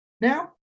now